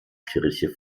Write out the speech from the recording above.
kirche